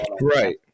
right